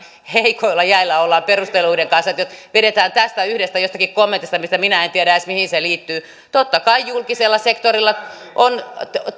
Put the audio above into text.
heikoilla jäillä ollaan perusteluiden kanssa jos ne vedetään tästä yhdestä jostakin kommentista mistä minä en tiedä edes mihin se liittyy totta kai julkisella sektorilla on